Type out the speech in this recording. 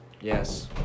Yes